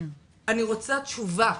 אני רוצה תשובה.